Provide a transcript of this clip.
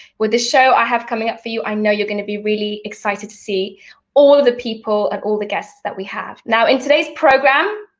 with the show i have coming up for you, i know you're gonna be really excited to see all of the people, and all the guests that we have. now in today's program,